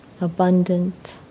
abundant